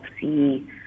see